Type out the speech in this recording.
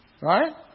Right